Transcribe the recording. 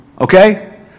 Okay